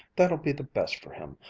that'll be the best for him,